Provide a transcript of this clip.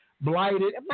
blighted